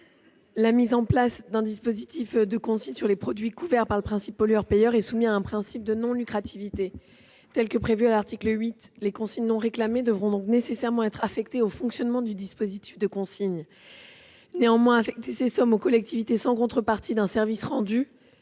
La mise en place d'un dispositif de consigne sur les produits couverts par le principe pollueur-payeur est soumise à un principe de non-lucrativité prévu à l'article 8. Les consignes non réclamées devront donc nécessairement être affectées au fonctionnement du dispositif de consigne. Affecter ces sommes aux collectivités sans contrepartie d'un service rendu